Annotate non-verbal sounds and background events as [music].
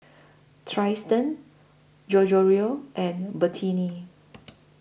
Triston [unintelligible] and Bertina